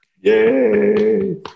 Yay